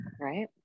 right